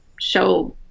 show